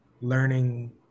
learning